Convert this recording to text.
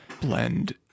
Blend